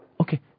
okay